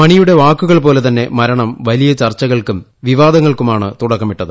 മണിയുടെ വാക്കുകൾ പോലെ തന്നെ മരണം വലിയ ചർച്ചകൾക്കും വിവാദങ്ങൾക്കുമാണ് തുടക്കമിട്ടത്